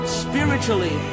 spiritually